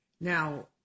Now